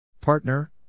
Partner